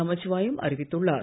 நமச்சிவாயம் அறிவித்துள்ளார்